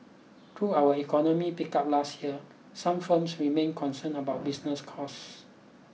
though our economy picked up last year some firms remain concerned about business costs